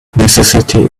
necessity